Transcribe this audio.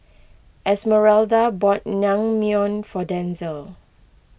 Esmeralda bought Naengmyeon for Denzel